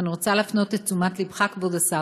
אבל אני רוצה להפנות את תשומת לבך, כבוד השר,